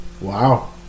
Wow